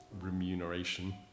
remuneration